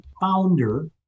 founder